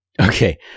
Okay